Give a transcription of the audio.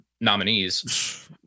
nominees